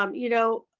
um you know,